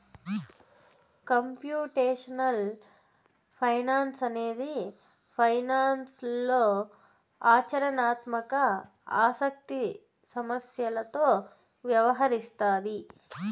computational finance అనేది ఫైనాన్స్లో ఆచరణాత్మక ఆసక్తి సమస్యలతో వ్యవహరిస్తాది